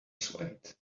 swayed